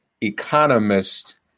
economist